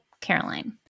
Caroline